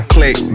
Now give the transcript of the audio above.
Click